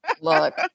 Look